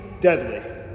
deadly